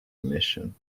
mission